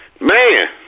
man